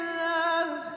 love